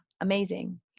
amazing